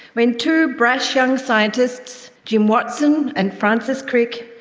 when two brash young scientists, jim watson and francis crick,